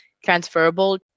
transferable